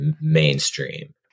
mainstream